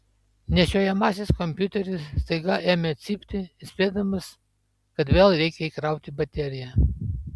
nešiojamasis kompiuteris staiga ėmė cypti įspėdamas kad vėl reikia įkrauti bateriją